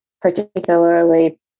particularly